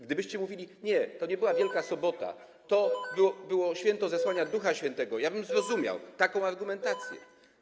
Gdybyście mówili: nie, to nie była Wielka Sobota, to było święto Zesłania Ducha Świętego, zrozumiałbym taką argumentację.